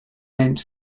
meant